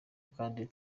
kandi